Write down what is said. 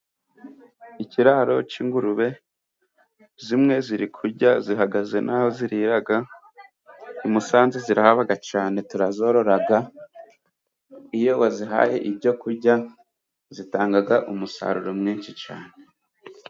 Ikiraro c'ingurube zimwe ziri kurya zihagaze n'aho ziriraraga. I Musanze zirahabaga cane turazororaga, iyo wazihaye ibyokurya zitangaga umusaruro mwinshi cyane.